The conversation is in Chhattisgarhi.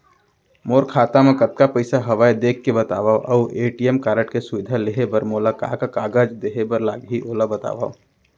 मोर खाता मा कतका पइसा हवये देख के बतावव अऊ ए.टी.एम कारड के सुविधा लेहे बर मोला का का कागज देहे बर लागही ओला बतावव?